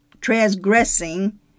transgressing